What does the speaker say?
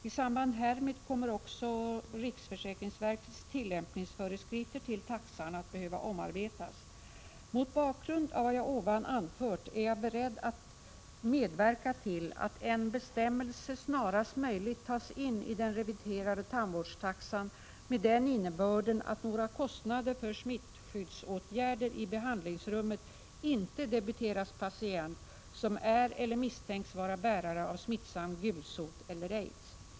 I samband härmed kommer också riksförsäkringsverkets tillämpningsföreskrifter till taxan att behöva omarbetas. Mot bakgrund av vad jag nu anfört är jag beredd att medverka till att en bestämmelse snarast möjligt tas in i den reviderade tandvårdstaxan med den innebörden att några kostnader för smittskyddsåtgärder i behandlingsrummet inte debiteras patient som är eller misstänks vara bärare av smittsam gulsot eller aids.